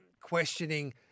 questioning